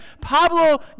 Pablo